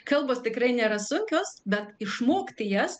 kalbos tikrai nėra sunkios bet išmokti jas